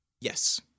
Yes